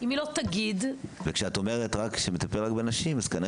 אם היא לא תגיד --- וכשאת אומרת שמטפלים רק בנשים אז כנראה